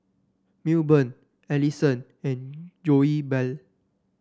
Milburn Ellison and Goebel